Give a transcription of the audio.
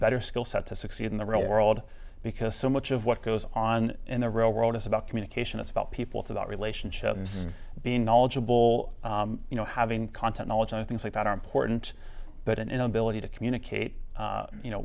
better skill set to succeed in the real world because so much of what goes on in the real world is about communication it's about people it's about relationships being knowledgeable you know having content knowledge and things like that are important but an inability to communicate you know